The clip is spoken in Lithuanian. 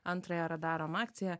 antrąją radarom akciją